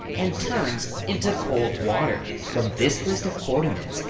and turns into cold water. from this list of coordinates,